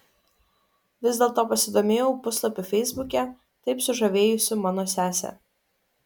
vis dėlto pasidomėjau puslapiu feisbuke taip sužavėjusiu mano sesę